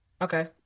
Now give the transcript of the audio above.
Okay